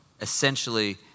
essentially